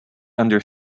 under